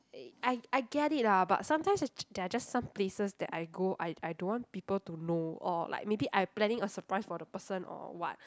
I I I get it lah but sometimes j~ there are just some places that I go I I don't want people to know or like maybe I planning a surprise for the person or what